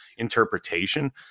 interpretation